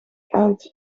uit